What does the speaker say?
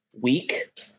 week